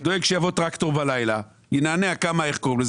אבל הוא דואג שיבוא טרקטור בלילה וינענע כמה דברים.